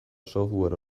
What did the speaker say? software